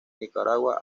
nicaragua